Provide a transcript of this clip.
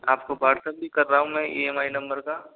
आपको व्हाट्सअप भी कर रहा हूँ मैं ई एम आई नंबर का